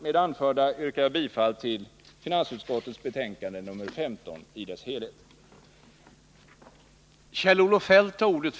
Med det anförda yrkar jag bifall till finansutskottets hemställan i dess betänkande nr 15.